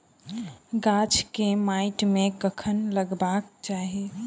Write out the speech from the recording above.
गाछ केँ माइट मे कखन लगबाक चाहि?